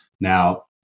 Now